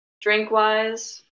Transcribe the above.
drink-wise